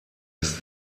ist